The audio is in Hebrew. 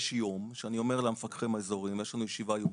יש יום שאני אומר למפקחים האזוריים יש לנו ישיבה יומית,